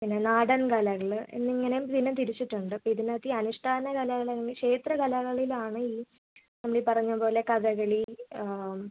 പിന്നെ നാടൻ കലകൾ എന്നിങ്ങനേയും ഇതിനെ തിരിച്ചിട്ടുണ്ട് അപ്പോൾ ഇതിനകത്ത് ഈ അനുഷ്ഠാന കലകൾ ഉണ്ട് ക്ഷേത്ര കലകളിലാണ് ഈ നമ്മൾ ഈ പറഞ്ഞതുപോലെ കഥകളി